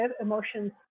emotions